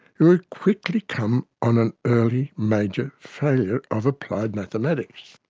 you would quickly come on an early major failure of applied mathematics.